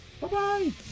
Bye-bye